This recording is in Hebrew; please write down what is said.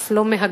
אף לא מהגרים,